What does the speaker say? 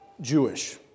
Jewish